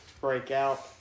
breakout